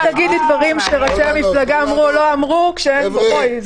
בואי תגידי דברים שראשי המפלגה אמרו או לא אמרו כשהם בואי,